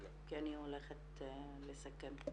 כי אני הולכת לסכם.